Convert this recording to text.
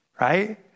right